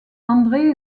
andré